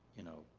you know,